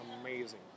amazing